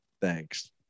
thanks